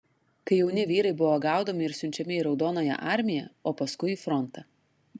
kai jauni vyrai buvo gaudomi ir siunčiami į raudonąją armiją o paskui į frontą